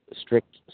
strict